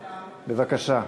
בבקשה.